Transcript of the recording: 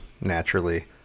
naturally